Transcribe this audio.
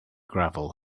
gravel